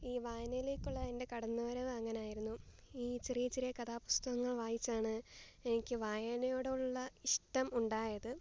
ഈ വായനയിലേക്കുള്ള എന്റെ കടന്നു വരവ് അങ്ങനെയായിരുന്നു ഈ ചെറിയ ചെറിയ കഥാപുസ്തകങ്ങള് വായിച്ചാണ് എനിക്ക് വായനയോടുള്ള ഇഷ്ടം ഉണ്ടായത്